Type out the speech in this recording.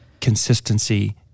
consistency